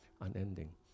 unending